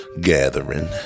gathering